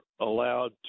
allowed